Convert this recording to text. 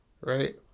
Right